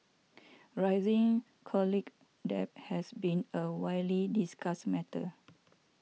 rising college debt has been a widely discussed matter